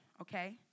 okay